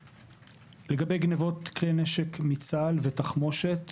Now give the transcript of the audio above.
לגבי גניבות כלי נשק ותחמושת מצה"ל,